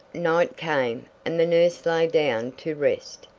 night came, and the nurse lay down to rest.